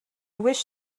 wish